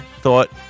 thought